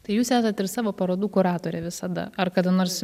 tai jūs esat ir savo parodų kuratorė visada ar kada nors